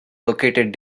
located